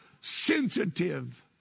sensitive